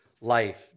life